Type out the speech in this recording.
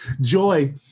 Joy